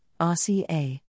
RCA